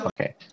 Okay